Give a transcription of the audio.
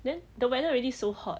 then the weather already so hot